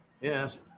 Yes